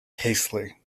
hastily